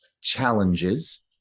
challenges